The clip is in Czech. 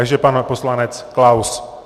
Takže pan poslanec Klaus.